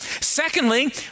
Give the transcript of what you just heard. Secondly